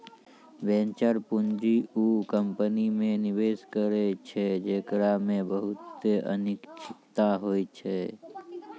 venture पूंजी उ company मे निवेश करै छै जेकरा मे बहुते अनिश्चिता होय छै